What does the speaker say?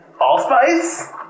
allspice